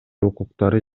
укуктары